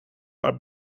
are